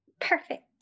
Perfect